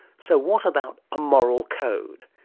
so what about a moral code?